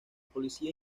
policía